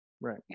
Right